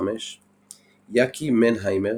1995 יקי מנהיימר,